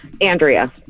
Andrea